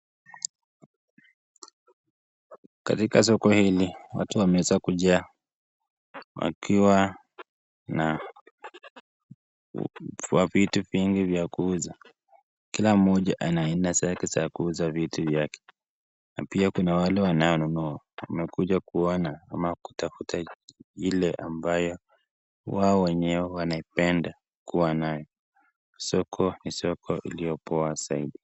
Katika soko hili watu wameweza kujaa . Wakiwa na vitu vingi vya kuuza kila mmoja anenda zake ya kuuza vitu zake. Na pia kuna wale wanaonunua wamekuja kuona ama kutafuta ile ambayo wao wenyewe wanaipenda kuna nayo. Soko ni soko iliyo poa zaidi.